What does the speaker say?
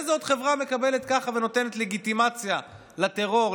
איזו עוד חברה מקבלת ככה ונותנת לגיטימציה לטרור,